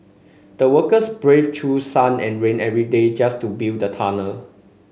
the workers braved through sun and rain every day just to build a tunnel